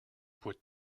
put